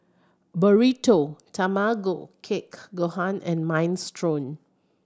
Burrito Tamago Kake Gohan and Minestrone